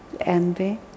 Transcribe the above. envy